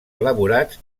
elaborats